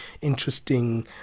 interesting